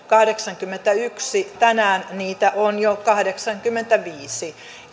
kahdeksankymmentäyksi tänään niitä on jo kahdeksankymmentäviisi